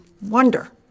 wonder